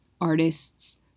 artists